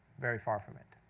very far from it.